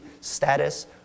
status